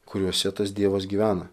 kuriuose tas dievas gyvena